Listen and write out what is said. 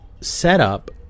setup